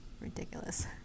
ridiculous